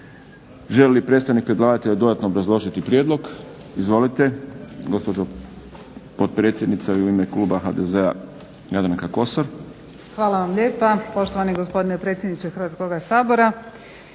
Želi li predstavnik predlagatelja dodatno obrazložiti prijedlog? Izvolite gospođo potpredsjednice, a i u ime kluba HDZ-a Jadranka Kosor. **Kosor, Jadranka (HDZ)** Hvala vam lijepa poštovani gospodine predsjedniče Hrvatskoga sabora.